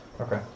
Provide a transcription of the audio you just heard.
Okay